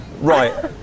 right